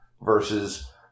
versus